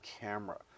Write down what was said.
camera